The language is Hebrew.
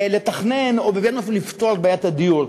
לתכנן או בבואנו אפילו לפתור את בעיית הדיור.